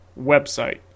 website